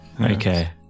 Okay